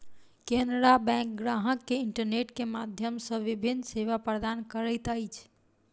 Canara bank ग्राहक के internet के माध्यम सॅ विभिन्न सेवा प्रदान करैत अछि